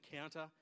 counter